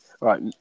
Right